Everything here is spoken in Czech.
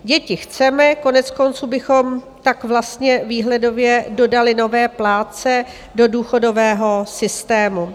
Děti chceme, koneckonců bychom tak vlastně výhledově dodali nové plátce do důchodového systému.